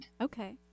Okay